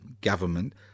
Government